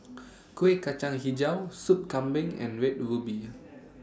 Kueh Kacang Hijau Sup Kambing and Red Ruby